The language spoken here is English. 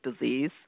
disease